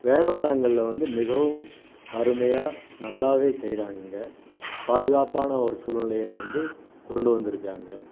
வேடந்தாங்கல்ல வந்து மிகவும் அருமையாக நல்லாவே செய்கிறாங்கங்க பாதுகாப்பான ஒரு சூழ்நிலைய வந்து கொண்டு வந்துருக்காங்க